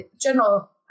general